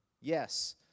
Yes